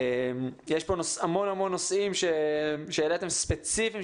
יש כאן המון נושאים ספציפיים שהעליתם.